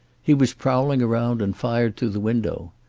he was prowling around, and fired through the window.